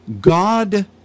God